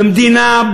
במדינה,